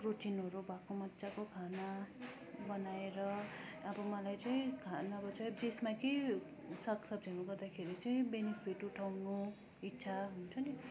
प्रोटिनहरू भएको मजाको खाना बनाएर अब मलाई चाहिँ खानामा चाहिँ सागसब्जीहरू गर्दाखेरि चाहिँ बेनिफिट उठाउनु इच्छा हुन्छ नि